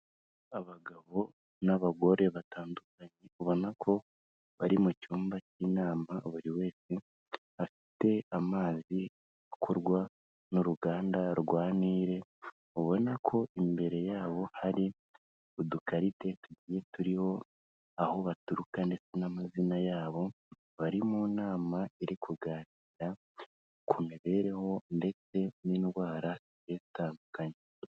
Abagabo n'abagore batandukanye, ubona ko bari mu cyumba cy'inama buri wese afite amazi akorwa n'uruganda rwa Nile, ubona ko imbere yabo hari udukarite tugiye turiho aho baturuka ndetse n'amazina yabo, bari mu nama iri kuganira ku mibereho ndetse n'indwara zigiye zitandukanye.